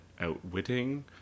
outwitting